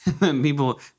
People